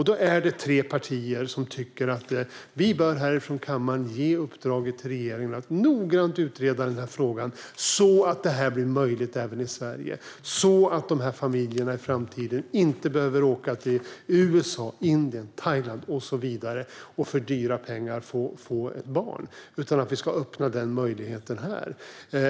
Det är tre partier som tycker att vi här i kammaren bör ge regeringen i uppdrag att noggrant utreda den här frågan, så att detta blir möjligt även i Sverige och dessa familjer i framtiden inte behöver åka till USA, Indien, Thailand och så vidare och få ett barn för dyra pengar. Vi ska öppna den möjligheten här.